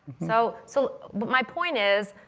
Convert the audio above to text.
so so my point is,